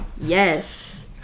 Yes